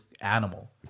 animal